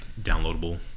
downloadable